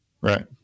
Right